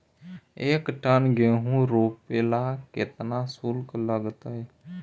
एक टन गेहूं रोपेला केतना शुल्क लगतई?